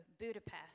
Budapest